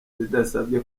bidasabye